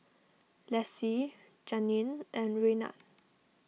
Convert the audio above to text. Lessie Janeen and Raynard